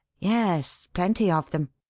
yes, plenty of them,